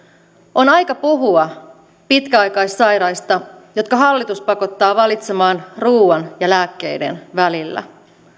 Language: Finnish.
on aika puhua pitkäaikaissairaista jotka hallitus pakottaa valitsemaan ruuan ja lääkkeiden välillä